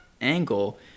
angle